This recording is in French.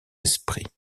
esprits